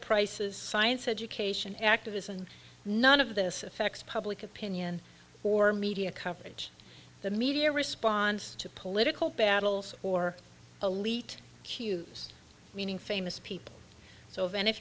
prices science education activists and none of this affects public opinion or media coverage the media responds to political battles or elite cues meaning famous people so